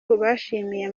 bashimiye